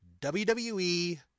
WWE